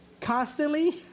Constantly